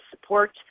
support